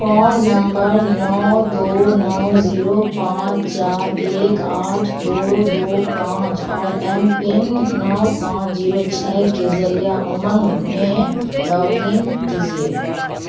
phone number نو دو نو زیرو پانچ چار ایک آٹھ دو دو پانچ اور ایم پن نو پانچ زیرو چھ کے ذریعے امنگ میں لاگ ان کیجیے